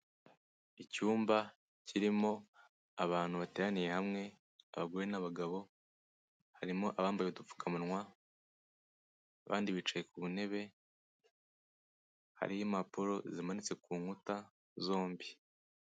Icyumba kirimo abantu bateraniye hamwe, abagore n'abagabo, harimo abambaye utupfukamunwa, abandi bicaye ku ntebe, hariho impapuro zimanitse ku nkuta zombi.